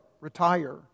retire